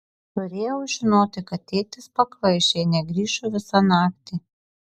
turėjau žinoti kad tėtis pakvaiš jei negrįšiu visą naktį